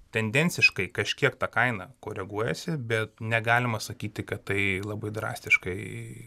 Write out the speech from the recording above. tendenciškai kažkiek ta kaina koreguojasi bet negalima sakyti kad tai labai drastiškai